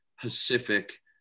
Pacific